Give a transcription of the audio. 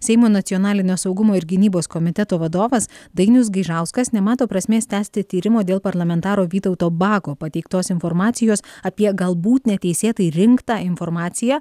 seimo nacionalinio saugumo ir gynybos komiteto vadovas dainius gaižauskas nemato prasmės tęsti tyrimo dėl parlamentaro vytauto bako pateiktos informacijos apie galbūt neteisėtai rinktą informaciją